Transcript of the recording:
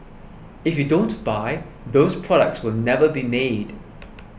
if you don't buy those products will never be made